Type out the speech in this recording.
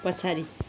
पछाडि